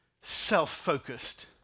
self-focused